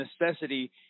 necessity